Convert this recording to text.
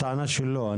הכשרה,